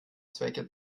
zwecke